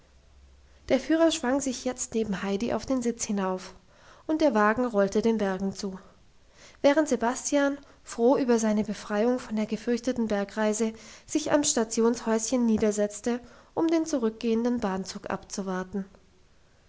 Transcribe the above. der führer schwang sich jetzt neben heidi auf den sitz hinauf und der wagen rollte den bergen zu während sebastian froh über seine befreiung von der gefürchteten bergreise sich am stationshäuschen niedersetzte um den zurückgehenden bahnzug abzuwarten